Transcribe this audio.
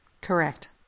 Correct